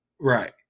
right